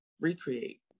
recreate